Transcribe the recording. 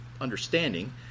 understanding